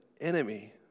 enemy